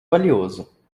valioso